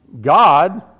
God